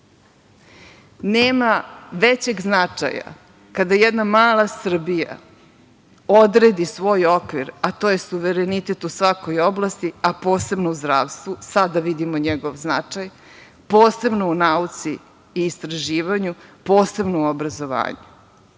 Nema većeg značaja kada jedna mala Srbija odredi svoj okvir, a to je suverenitet u svakoj oblasti, a posebno u zdravstvu. Sada vidimo njegov značaj, posebno u nauci i istraživanju, posebno u obrazovanju.